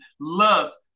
lust